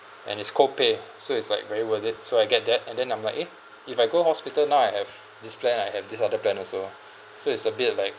and is co-pay so it's like very worth it so I get that and then I'm like eh if I go hospital now I have this plan I have this other plan also so it's a bit like